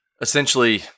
Essentially